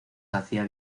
hacía